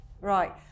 Right